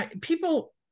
People